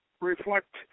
reflect